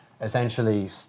essentially